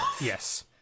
Yes